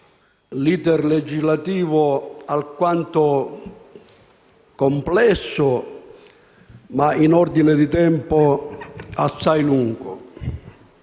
l'*iter* legislativo alquanto complesso e in ordine di tempo assai lungo.